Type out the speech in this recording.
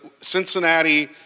Cincinnati